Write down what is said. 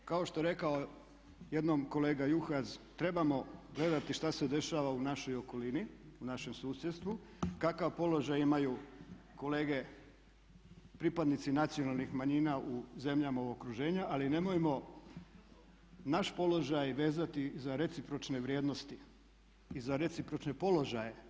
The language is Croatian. Mi kao što je rekao jednom kolega Juhas trebamo gledati što se dešava u našoj okolini, u našem susjedstvu, kakav položaj imaju kolege pripadnici nacionalnih manjina u zemljama okruženja ali nemojmo naš položaj vezati za recipročne vrijednosti i za recipročne položaje.